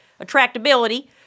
attractability